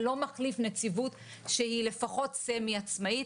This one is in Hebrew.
לא מחליף נציבות שהיא לפחות סמי-עצמאית.